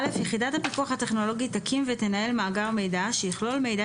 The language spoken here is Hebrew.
(א) יחידת הפיקוח הטכנולוגי תקים ותנהל מאגר מידע שיכלול מידע